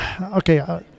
okay